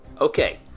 Okay